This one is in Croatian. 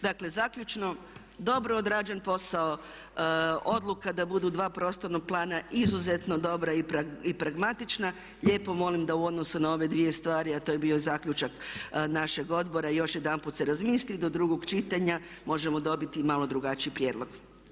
Dakle, zaključno dobro obrađen posao, odluka da budu dva prostorna plana izuzetno dobra i pragmatična, lijepo molim da u odnosu na ove dvije stvari a to je bio i zaključak našeg odbora još jedanput se razmisli do drugog čitanja možemo dobiti malo drugačiji prijedlog.